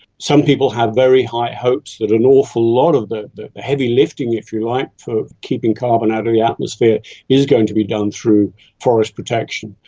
some people have very high hopes that an awful lot of the the heavy lifting, if you like, for keeping carbon out of the atmosphere is going to be done through forest protection.